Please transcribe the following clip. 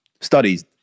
studies